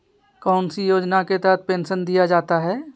कौन सी योजना के तहत पेंसन दिया जाता है?